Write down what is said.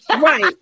Right